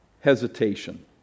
hesitation